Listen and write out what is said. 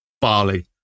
Bali